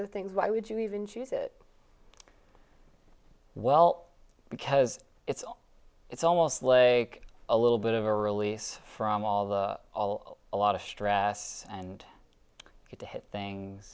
other things why would you even choose it well because it's it's almost like a little bit of a release from all the all a lot of stress and